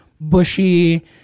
bushy